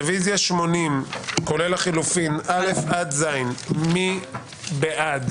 רביזיה על 59. מי בעד?